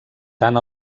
tant